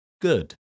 Good